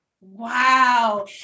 Wow